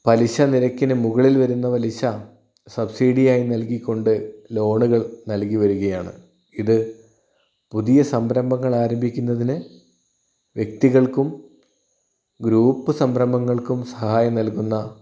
പലിശ നിരക്കിന് മുകളിൽ വരുന്ന പലിശ സബ്സിഡിയായി നൽകിക്കൊണ്ട് ലോണുകൾ നൽകി വരികയാണ് ഇത് പുതിയ സംരംഭങ്ങൾ ആരംഭിക്കുന്നതിന് വ്യക്തികൾക്കും ഗ്രൂപ്പ് സംരംഭങ്ങൾക്കും സഹായം നൽകുന്ന